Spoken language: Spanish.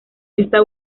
esta